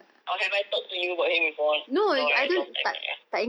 or have I talked to you about him before no right like long time right ya